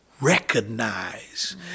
recognize